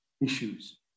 issues